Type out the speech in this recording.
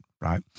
right